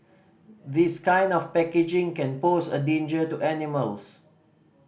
this kind of packaging can pose a danger to animals